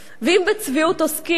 ואם בצביעות עוסקים,